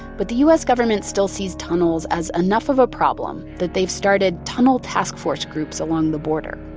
but the u s. government still sees tunnels as enough of a problem that they've started tunnel task force groups along the border.